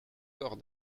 corps